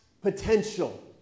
potential